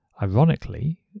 Ironically